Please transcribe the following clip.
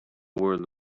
where